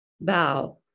Bow